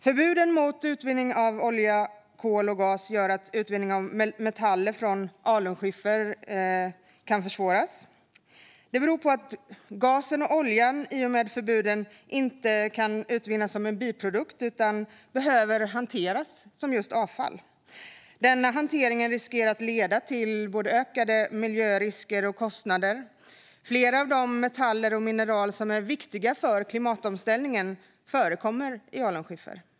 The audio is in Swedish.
Förbuden mot utvinning av olja, kol och gas gör att utvinningen av metaller från alunskiffer kan försvåras. Det beror på att gasen och oljan i och med förbuden inte kan utvinnas som en biprodukt utan behöver hanteras som just avfall. Denna hantering riskerar att leda till ökade miljörisker och kostnader. Flera av de metaller och mineral som är viktiga för klimatomställningen förekommer i alunskiffer.